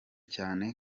cyane